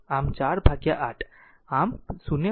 આમ 4 ભાગ્યા 8 આમ 0